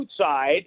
outside